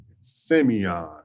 Simeon